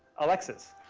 alexis.